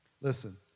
Listen